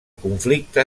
conflicte